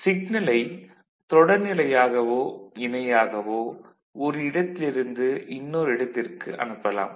சிக்னலை தொடர்நிலையாகவோ இணையாகவோ ஒரு இடத்திலிருந்து இன்னொரு இடத்திற்கு அனுப்பலாம்